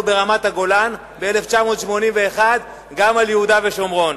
ברמת-הגולן ב-1981 גם על יהודה ושומרון.